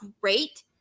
great